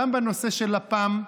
גם בנושא של לפ"מ.